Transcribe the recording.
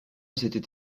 s’était